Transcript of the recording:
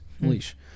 Leash